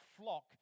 flock